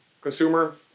consumer